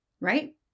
right